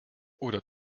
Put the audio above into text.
oder